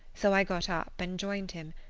so i got up and joined him.